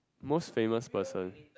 most famous person